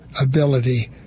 ability